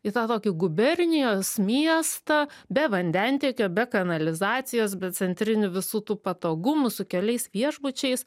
į tą tokį gubernijos miestą be vandentiekio be kanalizacijos be centrinių visų tų patogumų su keliais viešbučiais